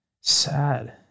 sad